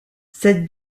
cette